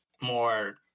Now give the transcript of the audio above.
more